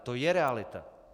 To je realita!